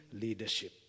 leadership